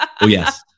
yes